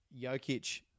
Jokic